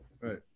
Right